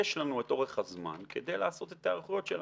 יש לנו את אורך זמן כדי לעשות את ההיערכויות שלנו.